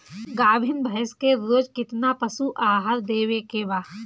गाभीन भैंस के रोज कितना पशु आहार देवे के बा?